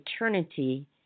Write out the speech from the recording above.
eternity